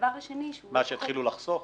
מה, שיתחילו לחסוך?